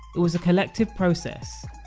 it was a collective process